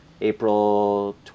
April